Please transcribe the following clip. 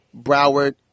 Broward